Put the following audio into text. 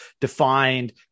defined